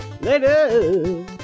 Later